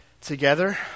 together